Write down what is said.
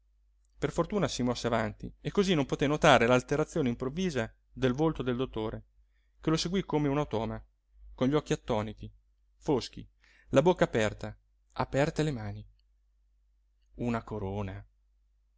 per fortuna si mosse avanti e cosí non poté notare l'alterazione improvvisa del volto del dottore che lo seguí come un automa con gli occhi attoniti foschi la bocca aperta aperte le mani una corona